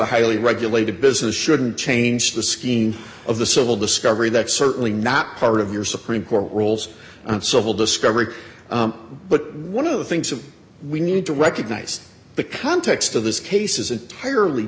highly regulated business shouldn't change the skin of the civil discovery that's certainly not part of your supreme court rules on civil discovery but one of the things that we need to recognize the context of this case is